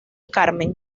carmen